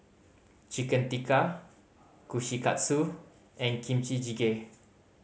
Chicken Tikka Kushikatsu and Kimchi Jjigae